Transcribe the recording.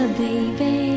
baby